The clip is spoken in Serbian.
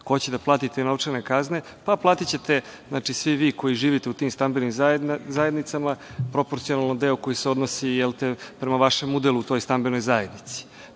će da plati te novčane kazne? Pa, platićete svi vi koji živite u tim stambenim zajednicama, proporcionalno deo koji se odnosi prema vašem udelu u toj stambenoj zajednici.